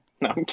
No